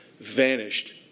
vanished